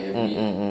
mm mm mm